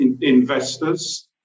investors